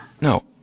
No